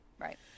Right